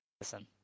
Listen